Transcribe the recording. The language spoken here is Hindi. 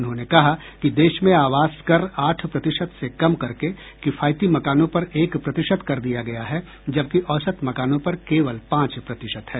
उन्होंने कहा कि देश में आवास कर आठ प्रतिशत से कम करके किफायती मकानों पर एक प्रतिशत कर दिया गया है जबकि औसत मकानों पर केवल पांच प्रतिशत है